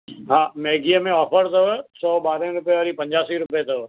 हा मैगीअ में ऑफर अथव सौ ॿारहें रुपये वारी पंजासी रुपये अथव